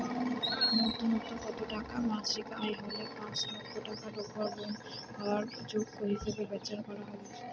ন্যুনতম কত টাকা মাসিক আয় হলে পাঁচ লক্ষ টাকার উপর লোন পাওয়ার যোগ্য হিসেবে বিচার করা হবে?